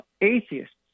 atheists